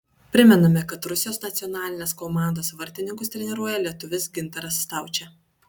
primename kad rusijos nacionalinės komandos vartininkus treniruoja lietuvis gintaras staučė